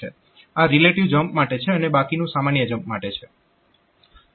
આ relative jump માટે છે અને બાકીનું સામાન્ય જમ્પ માટે છે